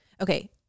Okay